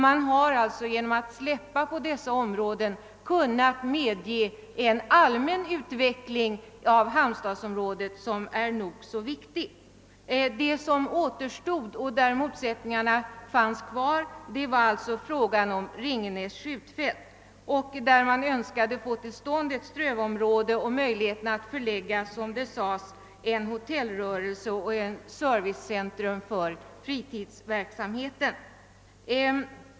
Man har alltså genom att släppa ifrån sig dessa områden kunnat medge en allmän utveckling av halmstadsområdet som är nog så viktig. Motsättningarna finns däremot kvar när det gäller Ringenäs skjutfält. Den civila samhällsplaneringen önskar där få till stånd ett strövområde och vill dit kunna förlägga en hotellrörelse och ett servicecentrum för fritidsverksamhet.